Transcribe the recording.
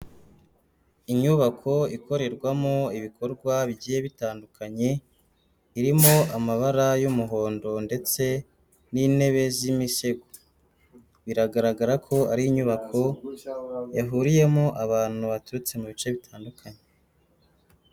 Inyubako ikorerwamo ibikorwa bigiye bitandukanye, irimo amabara y'umuhondo ndetse n'intebe z'imisego, biragaragara ko ari inyubako ihuriyemo abantu baturutse mu bice bitandukanye.